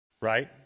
right